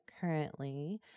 currently